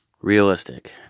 Realistic